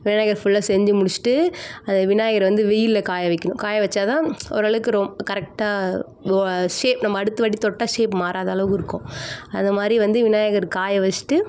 விநாயகர் ஃபுல்லாக செஞ்சு முடிச்சுட்டு அது விநாயகரை வந்து வெயிலில் காய வைக்கணும் காய வைச்சாதான் ஓரளவுக்கு ரொம்ப கரெக்டாக ஷே நம்ம அடுத்தவாட்டி தொட்டால் ஷேப் மாறாத அளவுக்கு இருக்கும் அதே மாதிரி வந்து விநாயகர் காய வெச்சுட்டு